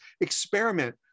Experiment